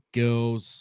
girls